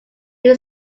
new